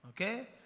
Okay